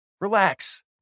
Relax